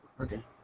Okay